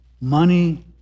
money